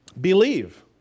Believe